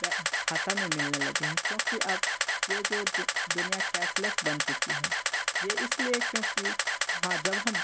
ब खाता में मिलने लगे हैं क्योंकि अब यह जो दुनिया कैशलेस बन चुकी है यह इसलिए क्योंकि हाँ जब हम